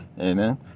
amen